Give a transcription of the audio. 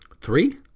Three